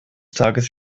tages